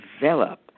develop